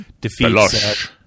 defeats